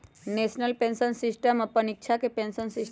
national pension system अप्पन इच्छा के पेंशन सिस्टम हइ